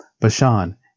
Bashan